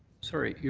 sorry, yeah